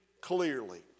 clearly